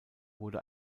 wurde